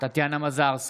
טטיאנה מזרסקי,